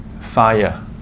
fire